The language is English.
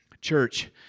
Church